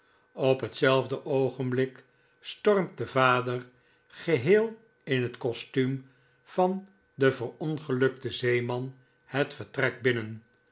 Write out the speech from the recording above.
op hetzelfde oogenblik stormt de vader geheel in het kostuum van den verongelukten zeeman het vertrek binnen